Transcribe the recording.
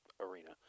arena